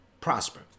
prosper